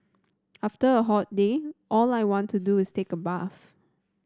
after a hot day all I want to do is take a bath